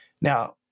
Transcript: Now